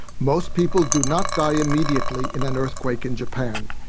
most people do not die immediately in an earthquake in japan.